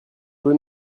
peu